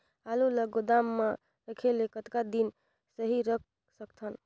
आलू ल गोदाम म रखे ले कतका दिन सही रख सकथन?